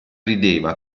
rideva